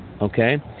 okay